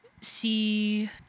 see